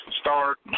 start